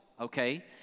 Okay